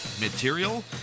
material